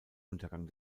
untergang